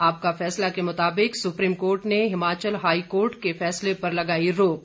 आपका फैसला के मुताबिक सुप्रीम कोर्ट ने हिमाचल हाईकोर्ट के फैसले पर लगाई रोक